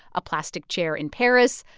a plastic chair in paris,